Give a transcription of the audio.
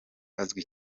azwi